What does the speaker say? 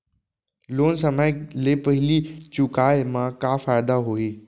Loan समय ले पहिली चुकाए मा का फायदा होही?